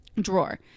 drawer